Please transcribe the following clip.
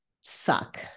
suck